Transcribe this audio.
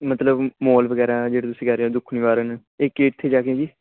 ਮਤਲਬ ਮੌਲ ਵਗੈਰਾ ਜਿਹੜੇ ਤੁਸੀਂ ਕਹਿ ਰਹੇ ਹੋ ਦੁਖ ਨਿਵਾਰਨ ਇਹ ਕਿੱਥੇ ਜਾ ਕੇ ਜੀ